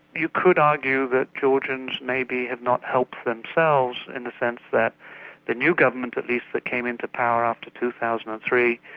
you could argue that georgians maybe have not helped themselves in the sense that the new government at least that came into power after two thousand and three,